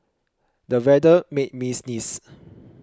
the weather made me sneeze